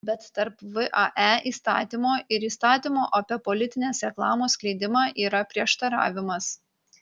bet tarp vae įstatymo ir įstatymo apie politinės reklamos skleidimą yra prieštaravimas